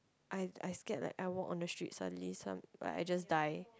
I I scared like I walk on the ship suddenly some like I just die